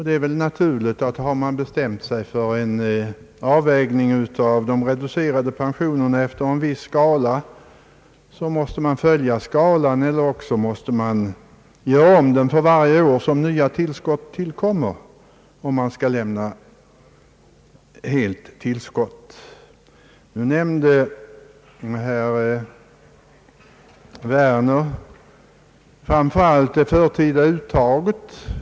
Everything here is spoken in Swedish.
Det är väl naturligt att när man bestämt sig för en avvägning av de reducerade pensionerna efter en viss skala måste man följa denna skala eller också göra om den för varje år allteftersom nya tillskott blir nödvändiga, om fullt tillskott skall utgå. Nu nämnde herr Werner framför allt det förtida uttaget.